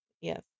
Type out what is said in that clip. Yes